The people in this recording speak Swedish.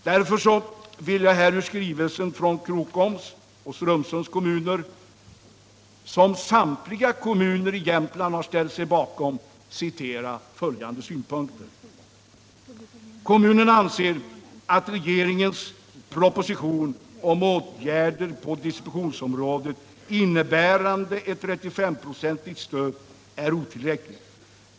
Därför vill jag här ur skrivelsen från Krokoms och Strömsunds kommuner, som samtliga kommuner i Jämtland står bakom, citera följande synpunkter: ”Kommunerna anser att regeringens proposition 1977/78:8 om åtgärder på distributionsområdet innebärande ett 35-procentigt stöd är otillräckligt.